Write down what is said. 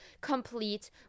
complete